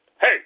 Hey